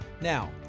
Now